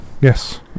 Yes